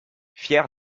fier